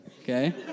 okay